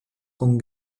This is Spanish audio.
con